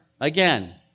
again